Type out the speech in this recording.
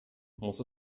muss